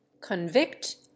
Convict